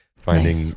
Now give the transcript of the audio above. finding